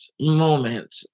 moment